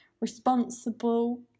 responsible